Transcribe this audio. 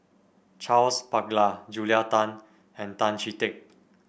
Charles Paglar Julia Tan and Tan Chee Teck